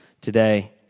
today